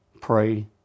pray